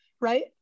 right